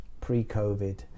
pre-Covid